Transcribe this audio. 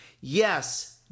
Yes